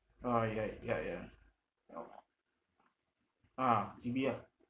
oh ya ya ya oh ah C_B ah